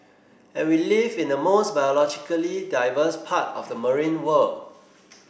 and we live in the most biologically diverse part of the marine world